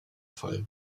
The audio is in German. fall